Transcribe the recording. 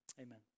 Amen